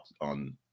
on